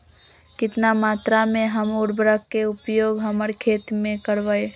कितना मात्रा में हम उर्वरक के उपयोग हमर खेत में करबई?